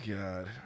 god